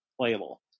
playable